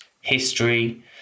history